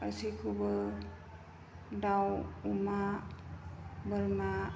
गासैखौबो दाउ अमा बोरमा